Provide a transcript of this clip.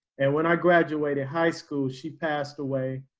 and when i graduated high school, she passed away.